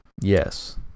Yes